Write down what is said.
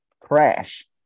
crash